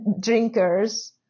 drinkers